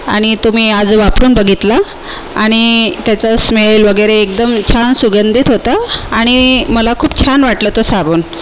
आणि तो मी आज वापरून बघितला आणि त्याचं स्मेल वगैरे एकदम छान सुगंधित होतं आणि मला खूप छान वाटलं तो साबण